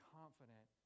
confident